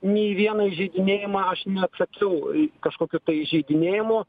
nei į vieną įžeidinėjimą aš neatsakiau į kažkokiu tai įžeidinėjimu